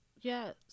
yes